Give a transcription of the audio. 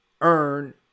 earn